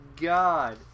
God